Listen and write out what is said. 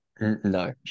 No